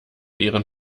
ihren